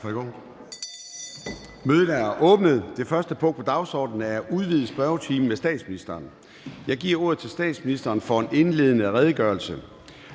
Mødet er åbnet. --- Det første punkt på dagsordenen er: 1) Udvidet spørgetime med statsministeren. Kl. 13:00 Formanden (Søren Gade): Jeg giver ordet til statsministeren for en indledende redegørelse,